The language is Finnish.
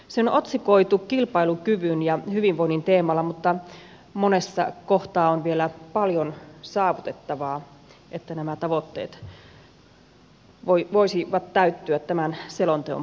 se on otsikoitu kilpailukyvyn ja hyvinvoinnin teemalla mutta monessa kohtaa on vielä paljon saavutettavaa että nämä tavoitteet voisivat täyttyä tämän selonteon puitteissa